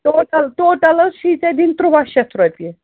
total total حظ چھی ژےٚ دِنۍ تُرٛواہ شَتھ رۄپیہِ